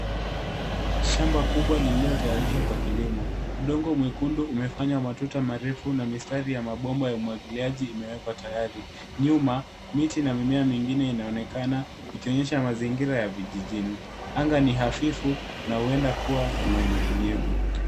Shamba kubwa lilo tayarishwa kwa kilimo. Udongo mwekundu, umefanya matuta marefu na mistari ya mabomba ya umwagiliaji imewekwa tayari. Nyuma, miti na mimea mingine inaonekana ikionyesha mazingira ya vijijini. Anga ni hafifu na huenda kuwa kuna unyevunyevu.